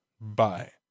Bye